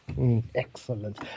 Excellent